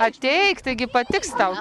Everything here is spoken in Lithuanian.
ateik taigi patiks tau